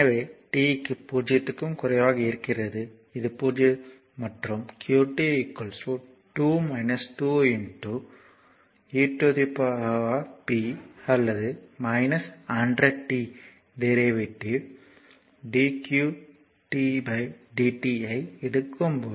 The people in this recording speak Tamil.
எனவே t க்கு 0 க்கும் குறைவாக இருக்கிறது இது 0 மற்றும் qt 2 2 e p அல்லது 100 t டெரிவேட்டிவ் dqt dt ஐ எடுக்கும்போது